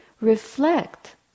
reflect